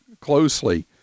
closely